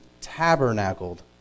tabernacled